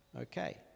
Okay